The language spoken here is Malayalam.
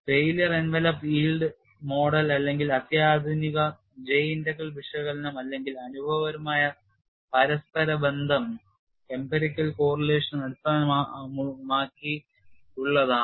Failure envelope yield strip model അല്ലെങ്കിൽ അത്യാധുനിക J ഇന്റഗ്രൽ വിശകലനം അല്ലെങ്കിൽ അനുഭവപരമായ പരസ്പരബന്ധം അടിസ്ഥാനമാക്കിയുള്ളതാണ്